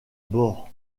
bord